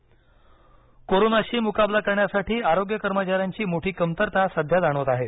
आरोग्य कर्मचारी कोरोनाशी मुकाबला करण्यासाठी आरोग्य कर्मचाऱ्यांची मोठी कमतरता सध्या जाणवत आहे